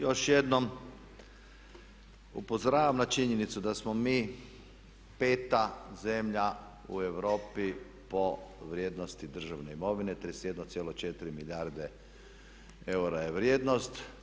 Još jednom upozoravam na činjenicu da smo peta zemlja u Europi po vrijednosti državne imovine, 31.4 milijarde eura je vrijednost.